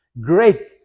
great